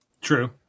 True